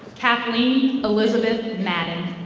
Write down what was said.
kathleen elizabeth madden.